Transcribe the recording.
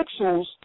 pixels